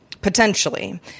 potentially